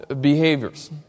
behaviors